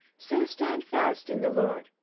so stand fast in the lord,